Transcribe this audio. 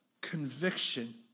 conviction